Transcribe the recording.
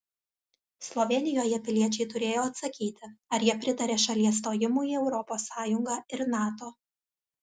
slovėnijoje piliečiai turėjo atsakyti ar jie pritaria šalies stojimui į europos sąjungą ir nato